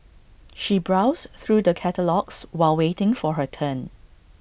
she browsed through the catalogues while waiting for her turn